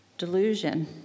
delusion